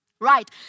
Right